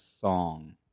song